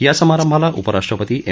या समारंभाला उपराष्ट्रपती एम